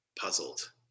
puzzled